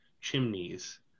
chimneys